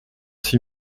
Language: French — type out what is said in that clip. six